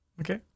Okay